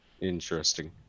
Interesting